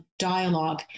dialogue